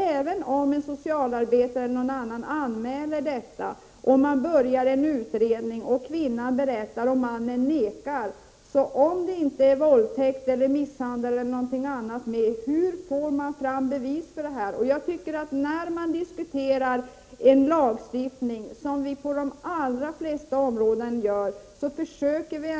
Även om exempelvis en socialarbetare eller någon annan anmäler deras brott, en utredning påbörjas, kvinnan berättar och mannen nekar, så är det svårt att få fram bevis för könshandeln, såvida det inte är fråga om våldtäkt eller misshandel. När vi för diskussioner om att lagstifta på olika områden, försöker vi